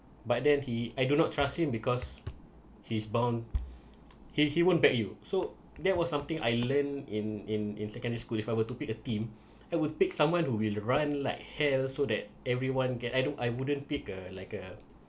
but then he I do not trust him because he's born he he won't back you so that was something I learned in in in secondary school if I were to be a team I would pick someone who will run like hell so that everyone get I don't I wouldn't pick a like a